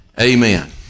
amen